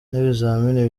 n’ibizamini